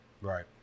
Right